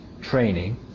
training